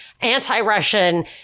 anti-Russian